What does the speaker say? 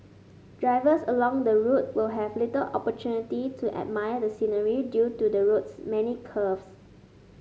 drivers along the route will have little opportunity to admire the scenery due to the road's many curves